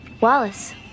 Wallace